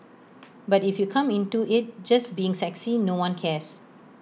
but if you come into IT just being sexy no one cares